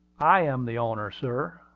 i am the owner, sir.